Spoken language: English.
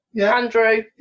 Andrew